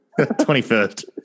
21st